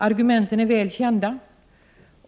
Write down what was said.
Argumenten är väl kända.